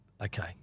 Okay